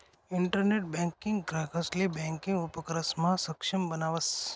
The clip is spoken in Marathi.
इंटरनेट बँकिंग ग्राहकंसले ब्यांकिंग उपक्रमसमा सक्षम बनावस